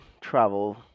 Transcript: travel